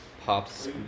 pops